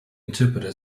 interpreted